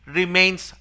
remains